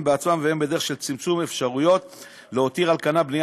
בעצמן והן בדרך של צמצום האפשרות להותיר על כנה בנייה